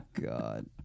God